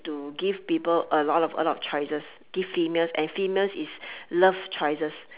to give people a lot of a lot of choices give females and females is love choices